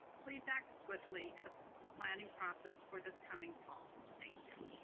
please act swiftly in the planning process for this coming fall, thank you.